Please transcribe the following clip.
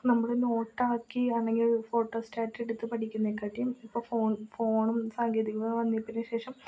നമ്മൾ നോട്ട് ആക്കി അല്ലെങ്കിൽ ഫോട്ടോസ്റ്റാറ്റ് എടുത്ത് പഠിക്കുന്നതിനെക്കാട്ടിയും ഇപ്പോൾ ഫോണ് ഫോണും സാങ്കേതിക വന്നതിൽപ്പിന്നെ ശേഷം